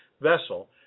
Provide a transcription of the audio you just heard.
vessel